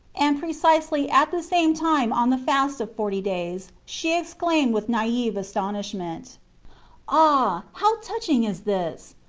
and precisely at the same time on the fast of forty days she exclaimed with naive astonishment ah, how touching is this!